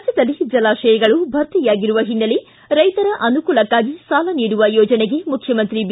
ರಾಜ್ಯದಲ್ಲಿ ಜಲಾಶಯಗಳು ಭರ್ತಿಯಾಗಿರುವ ಹಿನ್ನೆಲೆ ರೈತರ ಅನುಕೂಲಕ್ಷಾಗಿ ಸಾಲ ನೀಡುವ ಯೋಜನೆಗೆ ಮುಖ್ಯಮಂತ್ರಿ ಬಿ